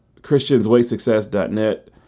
Christiansweightsuccess.net